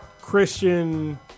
Christian